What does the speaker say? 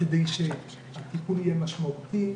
כדי שהטיפול יהיה משמעותי,